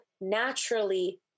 naturally